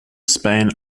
spain